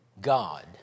god